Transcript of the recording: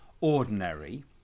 ordinary